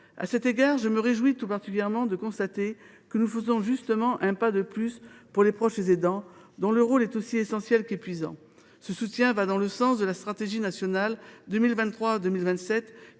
À cet égard, je me réjouis tout particulièrement de constater que nous faisons justement un pas de plus pour les proches aidants, dont le rôle est aussi essentiel qu’épuisant. Ce soutien va dans le sens de la stratégie nationale 2023 2027,